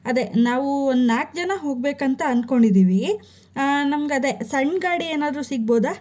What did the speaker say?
ಅದೇ ನಾವು ನಾಲ್ಕು ಜನ ಹೋಗಬೇಕಂತ ಅನ್ಕೊಂಡಿದ್ದೀವಿ ನಮಗೆ ಅದೇ ಸಣ್ಣ ಗಾಡಿ ಏನಾದರೂ ಸಿಗ್ಬೋದ